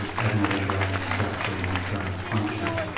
and abnormal um brain structure and brain function.